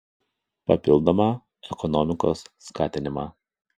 papildomą ekonomikos skatinimą